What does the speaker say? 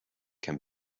can